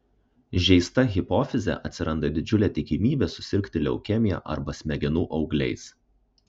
žeista hipofize atsiranda didžiulė tikimybė susirgti leukemija arba smegenų augliais